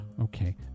okay